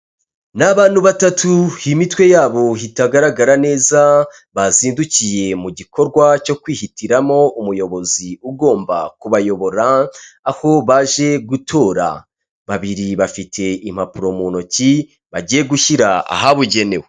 Ni abantu batatu imitwe yabo ihitagaragara neza bazindukiye mu gikorwa cyo kwihitiramo umuyobozi ugomba kubayobora aho baje gutora, babiri bafite impapuro mu ntoki bagiye gushyira ahabugenewe.